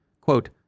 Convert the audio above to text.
Quote